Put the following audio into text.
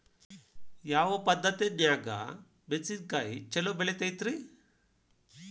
ಯಾವ ಪದ್ಧತಿನ್ಯಾಗ ಮೆಣಿಸಿನಕಾಯಿ ಛಲೋ ಬೆಳಿತೈತ್ರೇ?